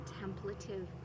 contemplative